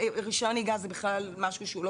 ורישיון נהיגה זה בכלל משהו שהוא לא